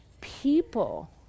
people